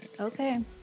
Okay